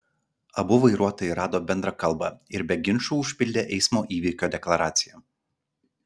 abu vairuotojai rado bendrą kalbą ir be ginčų užpildė eismo įvykio deklaraciją